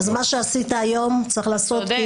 אז מה שעשית היום צריך לעשות,